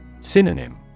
Synonym